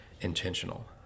intentional